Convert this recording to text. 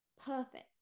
perfect